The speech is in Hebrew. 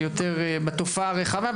ויותר בתופעה הרחבה.